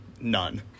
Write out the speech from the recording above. None